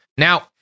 Now